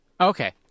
Okay